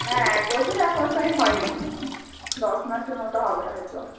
হ্যাঁ এক বছরও এখনো প্রায় হয় নি দশ মাসের মতো হবে হয়তো